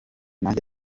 nanjye